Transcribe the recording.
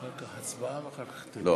תודה,